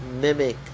mimic